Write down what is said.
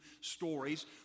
stories